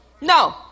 no